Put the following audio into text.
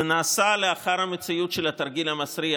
זה נעשה לאחר המציאות של התרגיל המסריח,